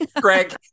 greg